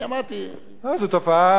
אני אמרתי, לא, זאת תופעה בכל העולם.